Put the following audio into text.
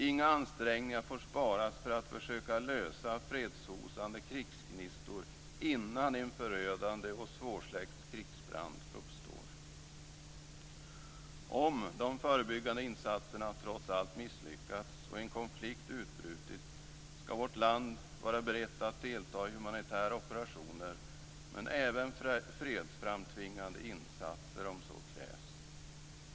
Inga ansträngningar får sparas för att försöka kväva fredshotande krigsgnistor innan en förödande och svårsläckt krigsbrand uppstår. Om de förebyggande insatserna trots allt misslyckats och en konflikt utbrutit skall vårt land vara berett att delta i humanitära operationer, men även fredsframtvingande insatser om så krävs.